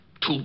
Two